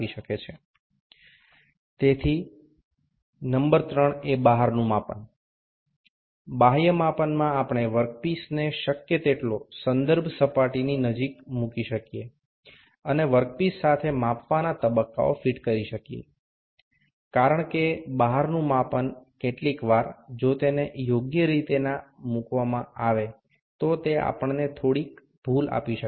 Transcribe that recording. তো তৃতীয়টি হল বাহ্যিক পরিমাপ বাহ্যিক পরিমাপের সময় আমরা যে তলের সাপেক্ষে পরিমাপ করছি কাজের টুকরোটিকে যতটা সম্ভব তার কাছাকাছি রাখতে হবে এবং পরিমাপের অংশটি কাজের টুকরোটির সাথে স্পর্শ করাতে হবে কারণ বাহ্যিক পরিমাপটি করার সময় যদি সঠিক ভাবে না বসাই তবে এটি সামান্য ত্রুটিপূর্ণ হতে পারে